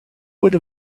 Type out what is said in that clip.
would